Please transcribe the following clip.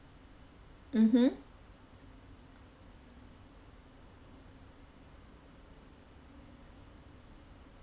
mmhmm